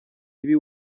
ibi